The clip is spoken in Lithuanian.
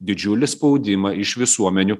didžiulį spaudimą iš visuomenių